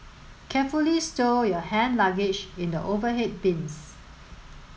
carefully stow your hand luggage in the overhead bins